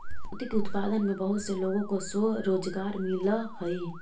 मोती के उत्पादन में बहुत से लोगों को स्वरोजगार मिलअ हई